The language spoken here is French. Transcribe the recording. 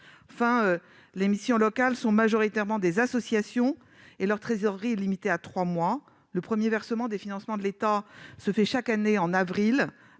Enfin, les missions locales sont majoritairement des associations et leur trésorerie est limitée à trois mois. Le premier versement du financement de l'État a lieu chaque année au mois